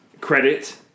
credit